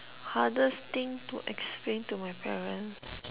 hardest thing to explain to my parents